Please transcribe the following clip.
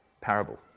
parable